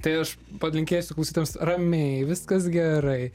tai aš palinkėsiu klausytojams ramiai viskas gerai